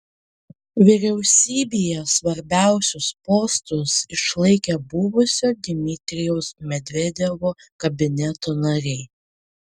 vyriausybėje svarbiausius postus išlaikė buvusio dmitrijaus medvedevo kabineto nariai